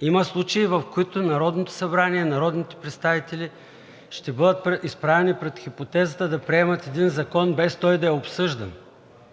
Има случаи, в които Народното събрание, народните представители ще бъдат изправени пред хипотезата да приемат един закон, без той да е обсъждан.